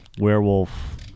Werewolf